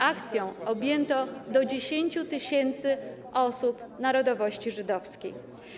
Akcją objęto do 10 tys. osób narodowości żydowskiej.